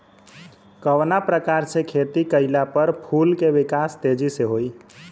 कवना प्रकार से खेती कइला पर फूल के विकास तेजी से होयी?